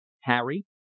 Harry